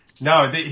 No